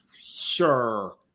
Sure